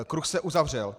Kruh se uzavřel.